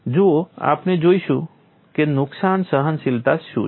જુઓ આપણે જોઈશું કે નુકસાન સહનશીલતા શું છે